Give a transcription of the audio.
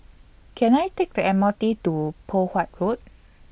Can I Take The M R T to Poh Huat Road